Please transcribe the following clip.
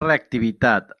reactivitat